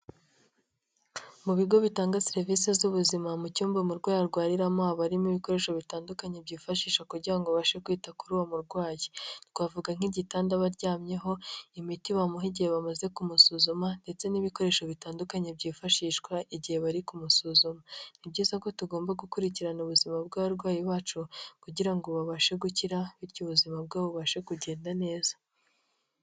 Mu bigo bitanga serivisi z'ubuzima mu cyumba umurwayi arwariramo, habamo ibikoresho bitandukanye byifashishwa kugira ngo babashe kwita kuri uwo murwayi. Twavuga nk'igitanda aba aryamyeh, imiti bamuha igihe bamaze kumusuzuma ndetse n'ibikoresho bitandukanye byifashishwa igihe bari kumusuzuma. Ni byiza ko tugomba gukurikirana ubuzima bw'abarwayi bacu kugira ngo babashe gukira bityo ubuzima bwabo bubashe kugenda neza.